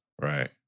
Right